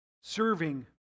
serving